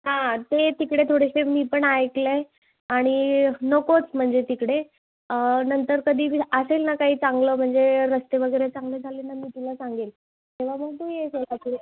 हां ते तिकडे थोडेसे मी पण ऐकलं आहे आणि नकोच म्हणजे तिकडे नंतर कधी असेल ना काही चांगलं म्हणजे रस्ते वगैरे चांगले झाले ना मी तुला सांगेल तेव्हा मग तू ये सोलापूर